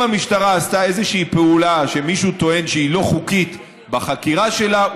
אם המשטרה עשתה איזושהי פעולה שמישהו טוען שהיא לא חוקית בחקירה שלה,